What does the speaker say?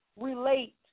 relate